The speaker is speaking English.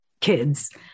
kids